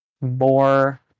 more